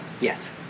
Yes